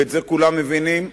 ואת זה כולם מבינים,